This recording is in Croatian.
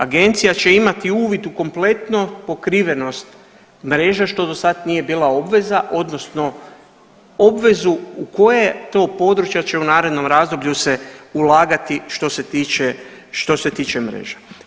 Agencija će imati uvid u kompletno pokrivenost mreže što dosada nije bila obveza odnosno obvezu u koje to područja će u narednom razdoblju se ulagati što se tiče, što se tiče mreža.